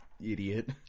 idiot